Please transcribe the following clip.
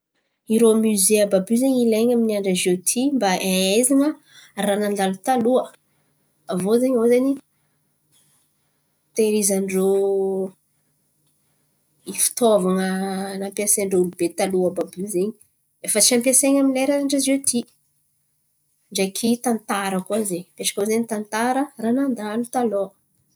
Irô mize àby àby io zen̈y ilain̈a amy andra ziôty mba hahaizan̈a raha nandalo taloha. Aviô zen̈y irô zen̈y tehirizan̈an-drô i fitaovan̈a nampiasain-drô olobe taloha àby àby io zen̈y efa tsy ampiasain̈a amy lera andra ziôty ndreky tantara koa zen̈y. Izy io koa zen̈y tantara raha nandalo taloha.